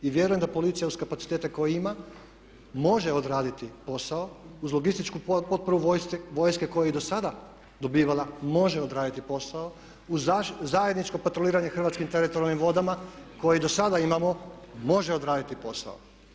I vjerujem da policija uz kapacitete koje ima može odraditi posao uz logističku potporu vojske koju je i do sada dobivala, može odraditi posao uz zajedničko patroliranje hrvatskim teritorijalnim vodama koje i do sada imamo može odraditi posao.